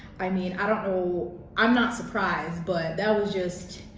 i mean, i don't know, i'm not surprised but that was just,